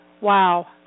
Wow